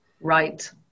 right